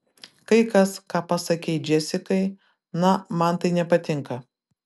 kai kas ką pasakei džesikai na man tai nepatinka